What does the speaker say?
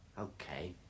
Okay